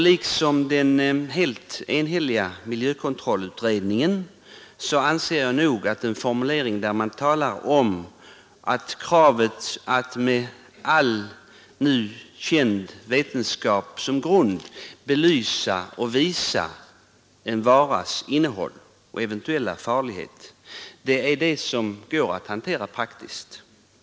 Liksom den helt enhälliga miljökontrollutredningen anser jag att en formulering, där det talas om kravet att med all nu känd vetenskap som grund belysa och visa en varas innehåll och eventuella farlighet, är sådan att den går att hantera praktiskt.